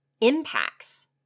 impacts